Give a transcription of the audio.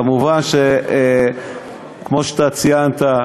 מובן שכמו שאתה ציינת,